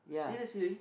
seriously